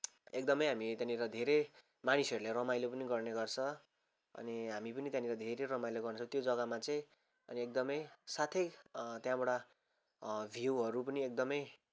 एकदमै हामी त्यहाँनिर धेरै मानिसहरूले रमाइलो पनि गर्ने गर्छ अनि हामी पनि त्यहाँनिर धेरै रमाइलो गर्छौँ त्यो जग्गामा चाहिँ अनि एकदमै साथै त्यहाँबाट भ्युहरू पनि एकदमै